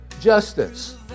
justice